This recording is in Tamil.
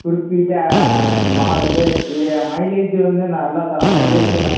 குறிப்பிட்ட மாடலு இது மைலேஜு வந்து நல்லா தர மைலேஜு ந